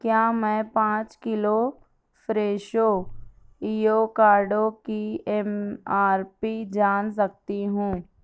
کیا میں پانچ کلو فریشو ایوکاڈو کی ایم آر پی جان سکتی ہوں